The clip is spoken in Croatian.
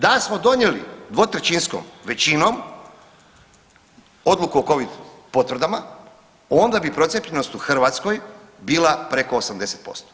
Da smo donijeli dvotrećinskom većinom odluku o covid potvrdama onda bi procijepljenost u Hrvatskoj bila preko 80%